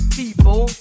people